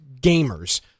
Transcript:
gamers